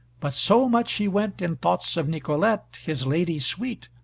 but so much he went in thoughts of nicolete, his lady sweet,